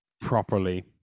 properly